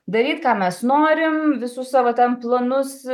daryt ką mes norim visus savo ten planus